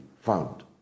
found